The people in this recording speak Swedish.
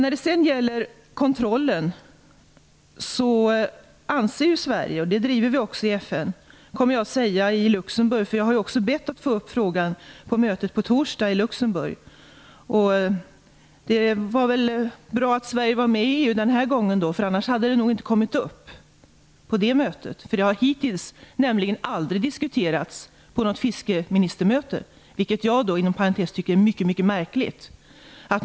Sverige driver frågan om kontrollen i FN. Det kommer jag att säga i Luxemburg. Jag har ju bett att få upp frågan på mötet på torsdag i Luxemburg. Den här gången var det bra att Sverige var med i EU, annars hade den nog inte kommit upp på det mötet. Det har nämligen inte diskuterats hittills på något fiskeministermöte, vilket jag inom parentes tycker är mycket märkligt.